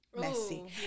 messy